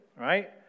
right